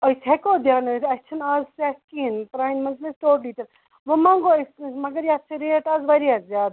أسۍ ہیٚکو دیٛاونٲیِتھ اسہِ چھَنہٕ آز سیٚکھ کِہیٖنۍ پرٛانہِ منٛز نہٕ اسہِ ٹوٹٕلی تہِ وۄنۍ منٛگوٚو أسۍ کانٛسہِ مگر یَتھ چھِ ریٹ آز واریاہ زیادٕ